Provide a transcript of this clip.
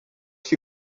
she